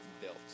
built